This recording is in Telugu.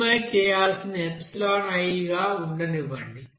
కమినిమైజ్ చేయాల్సిన iగా ఉండనివ్వండి